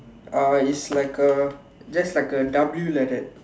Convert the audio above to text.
uh is like a just like a W like that